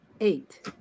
eight